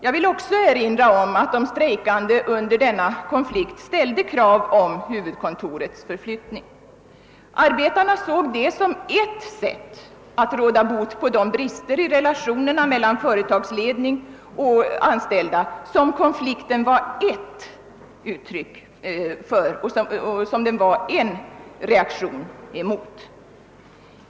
Jag vill erinra om att de strejkande under denna konflikt ställde krav på en flyttning av huvudkontoret. Arbetarna såg detta som ett sätt att råda bot på de brister i relationerna mellan företagsledning och anställda som konflikten var ett uttryck för och en reaktion emot.